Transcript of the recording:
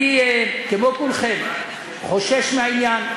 אני, כמו כולכם, חושש מהעניין.